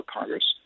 Congress